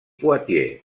poitiers